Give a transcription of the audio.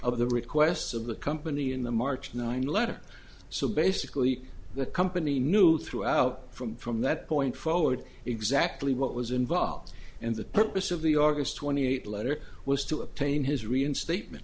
of the requests of the company in the march nine letter so basically the company knew throughout from from that point forward exactly what was involved and the purpose of the august twenty eighth letter was to obtain his reinstateme